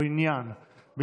או עניין,